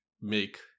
make